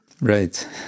Right